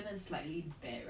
I think ten B right